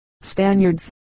Spaniards